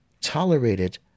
tolerated